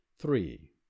three